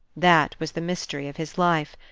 that was the mystery of his life.